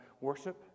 worship